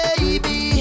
Baby